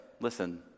Listen